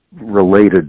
related